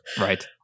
Right